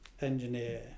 engineer